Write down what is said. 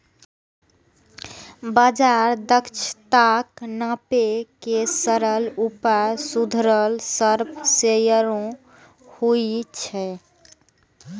बाजार दक्षताक नापै के सरल उपाय सुधरल शार्प रेसियो होइ छै